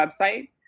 website